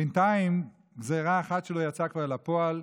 בינתיים גזרה אחת שלו יצאה אל הפועל.